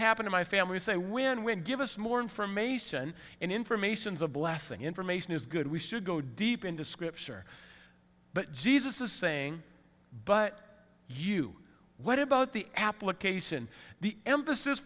happen in my family say when when give us more information and information is a blessing information is good we should go deep into scripture but jesus is saying but you what about the application the emphasis